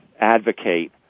advocate